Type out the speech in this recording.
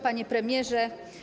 Panie Premierze!